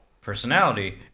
personality